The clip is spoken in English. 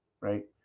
right